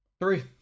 three